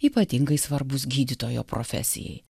ypatingai svarbūs gydytojo profesijai